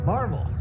Marvel